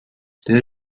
der